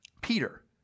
Peter